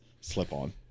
slip-on